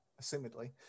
Assumedly